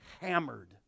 hammered